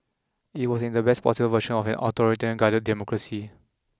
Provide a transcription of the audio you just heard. it was and is the best possible version of an authoritarian guided democracy